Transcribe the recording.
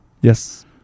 yes